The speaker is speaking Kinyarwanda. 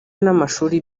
n’amashuri